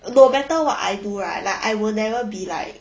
no matter what I do right like I will never be like